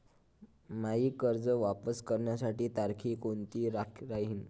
मायी कर्ज वापस करण्याची तारखी कोनती राहीन?